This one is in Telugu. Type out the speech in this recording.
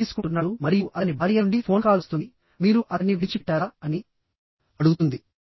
తీసుకుంటున్నాడు మరియు అతని భార్య నుండి ఫోన్ కాల్ వస్తుంది మీరు అతన్ని విడిచిపెట్టారా అని అడుగుతుంది